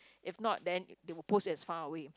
if not then they will post you as far away